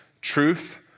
truth